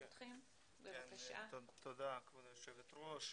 תודה, כבוד היושבת-ראש,